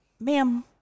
ma'am